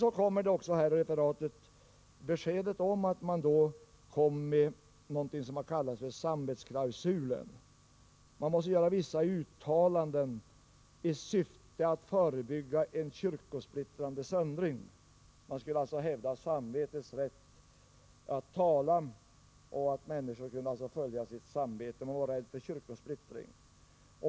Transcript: I referatet ges också beskedet att utskottet kom med något som kallas samvetsklausulen. Utskottet måste göra vissa uttalanden i syfte att förebygga en kyrkosplittrande söndring. Man skulle alltså hävda samvetets rätt att tala; människor skulle kunna följa sitt samvete. Man var rädd för kyrkosplittring.